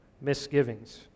misgivings